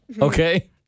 Okay